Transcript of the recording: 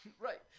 Right